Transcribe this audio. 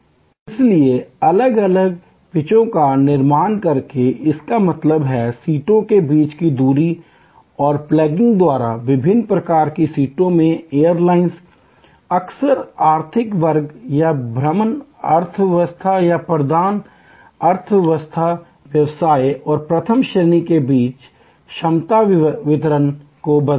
इसलिए अलग अलग पिचों का निर्माण करके इसका मतलब है सीटों के बीच की दूरी और प्लगिंग द्वारा विभिन्न प्रकार की सीटों में एयरलाइन अक्सर आर्थिक वर्ग या भ्रमण अर्थव्यवस्था प्रधान अर्थव्यवस्था व्यवसाय और प्रथम श्रेणी के बीच क्षमता वितरण को बदलती हैं